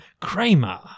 Kramer